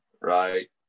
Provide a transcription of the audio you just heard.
right